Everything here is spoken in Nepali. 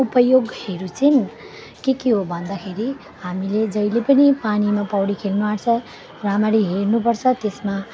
उपयोगहरू चाहिँ के के हो भन्दाखेरि हामीले जहिले पनि पानीमा पौडी खेल्नु आँट्छ राम्ररी हेर्नुपर्छ त्यसमा